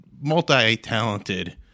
multi-talented